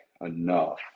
enough